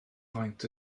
faint